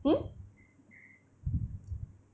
hmm